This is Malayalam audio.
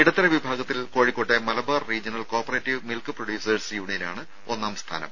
ഇടത്തര വിഭാഗത്തിൽ കോഴിക്കോട്ടെ Malabar regional cooperative milk producers യൂണിയനാണ് ഒന്നാം സ്ഥാനം